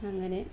അങ്ങനെ